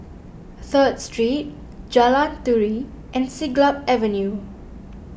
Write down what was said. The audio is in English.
Third Street Jalan Turi and Siglap Avenue